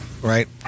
right